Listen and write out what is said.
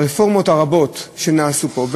הרפורמות הרבות שנעשו פה,